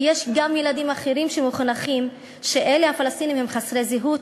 כי יש גם ילדים אחרים שמחונכים שאלה הפלסטינים הם חסרי זהות,